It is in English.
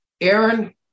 Aaron